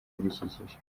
ibidukikije